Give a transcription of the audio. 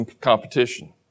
competition